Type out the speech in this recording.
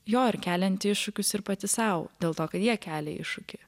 jo ir kelianti iššūkius ir pati sau dėl to kad jie kelia iššūkį